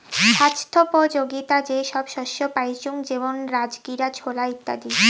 ছাস্থ্যোপযোগীতা যে সব শস্য পাইচুঙ যেমন রাজগীরা, ছোলা ইত্যাদি